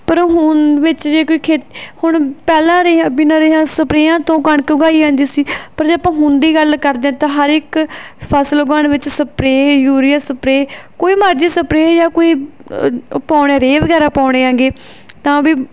ਪਰ ਹੁਣ ਵਿੱਚ ਜੇ ਕੋਈ ਖੇਤ ਹੁਣ ਪਹਿਲਾਂ ਰੇਹਾਂ ਬਿਨਾਂ ਰੇਹਾਂ ਸਪਰਿਆਂ ਤੋਂ ਕਣਕ ਉਗਾਈ ਜਾਂਦੀ ਸੀ ਪਰ ਜੇ ਆਪਾਂ ਹੁਣ ਦੀ ਗੱਲ ਕਰਦੇ ਹਾਂ ਤਾਂ ਹਰ ਇੱਕ ਫਸਲ ਉਗਾਉਣ ਵਿੱਚ ਸਪਰੇ ਯੂਰੀਆ ਸਪਰੇ ਕੋਈ ਮਰਜ਼ੀ ਸਪਰੇ ਜਾਂ ਕੋਈ ਪਾਉਂਦੇ ਰੇਹ ਵਗੈਰਾ ਪਾਉਂਦੇ ਹੈਗੇ ਤਾਂ ਵੀ